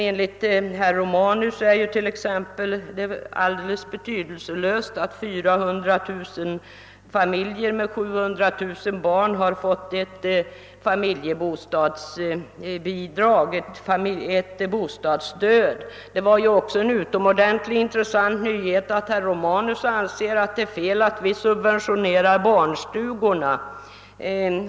Enligt herr Romanus är det t.ex. alldeles betydelselöst att 400 000 familjer med 700 000 barn har fått ett familjebostadsbidrag. Det var också en utomordentligt intressant nyhet att herr Romanus anser att det är fel att subventionera barnstugorna.